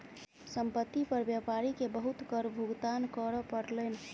संपत्ति पर व्यापारी के बहुत कर भुगतान करअ पड़लैन